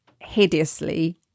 hideously